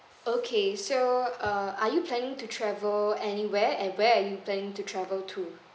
okay so uh are you planning to travel anywhere and where are you planning to travel to